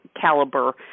caliber